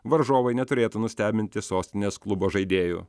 varžovai neturėtų nustebinti sostinės klubo žaidėjų